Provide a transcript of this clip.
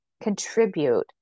contribute